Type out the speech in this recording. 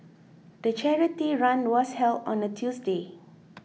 the charity run was held on a Tuesday